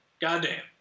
goddamn